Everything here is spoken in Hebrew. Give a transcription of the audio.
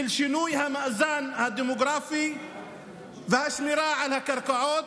של שינוי המאזן הדמוגרפי והשמירה על הקרקעות,